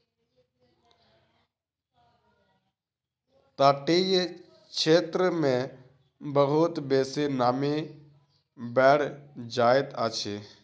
तटीय क्षेत्र मे बहुत बेसी नमी बैढ़ जाइत अछि